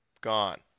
gone